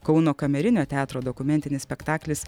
kauno kamerinio teatro dokumentinis spektaklis